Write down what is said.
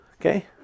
Okay